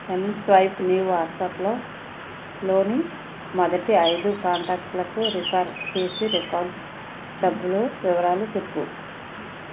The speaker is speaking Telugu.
ఎంస్వైప్ని వాట్సాప్ లోని మొదటి ఐదు కాంటాక్టులకి రిఫర్ చేసి రివార్డు డబ్బుల వివరాలు చెప్పు